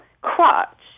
crutch